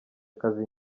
akazi